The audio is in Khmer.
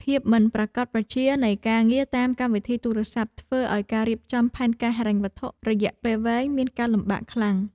ភាពមិនប្រាកដប្រជានៃការងារតាមកម្មវិធីទូរស័ព្ទធ្វើឱ្យការរៀបចំផែនការហិរញ្ញវត្ថុរយៈពេលវែងមានការលំបាកខ្លាំង។